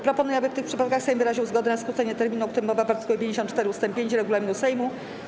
Proponuję, aby w tych przypadkach Sejm wyraził zgodę na skrócenie terminu, o którym mowa w art. 54 ust. 5 regulaminu Sejmu.